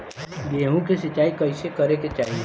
गेहूँ के सिंचाई कइसे करे के चाही?